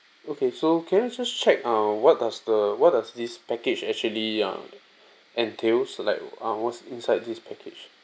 okay so can I just check uh what does the what does this package actually uh entails like uh what's inside this package